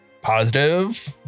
Positive